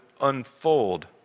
unfold